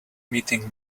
meeting